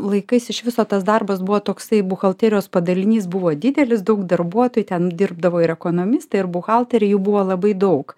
laikais iš viso tas darbas buvo toksai buhalterijos padalinys buvo didelis daug darbuotojų ten dirbdavo ir ekonomistė ir buhalterė jų buvo labai daug